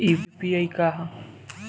UPI का ह?